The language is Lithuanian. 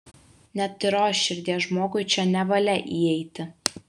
netyros širdies žmogui čia nevalia įeiti